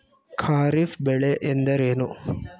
ಖಾರಿಫ್ ಬೆಳೆ ಎಂದರೇನು?